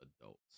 adults